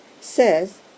says